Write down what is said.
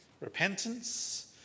Repentance